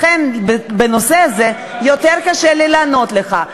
לכן, בנושא הזה יותר קשה לי לענות לך.